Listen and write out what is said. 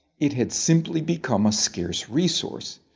it had simply become a scarce resource.